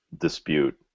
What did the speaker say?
dispute